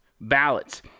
ballots